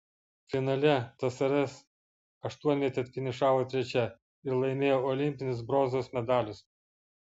finale tsrs aštuonvietė finišavo trečia ir laimėjo olimpinius bronzos medalius